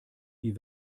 wie